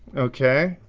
okay,